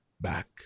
back